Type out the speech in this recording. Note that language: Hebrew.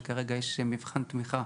וכרגע יש מבחן תמיכה